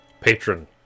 patron